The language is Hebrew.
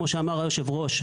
כמו שאמר היושב-ראש,